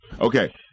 Okay